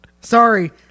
Sorry